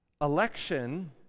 Election